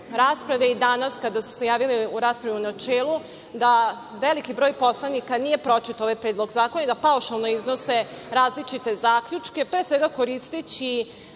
rasprave i danas kada su se javili u raspravi u načelu da veliki broj poslanika nije pročitao ovaj predlog zakona i da paušalno iznose različite zakone, pre svega koristeći